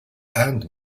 and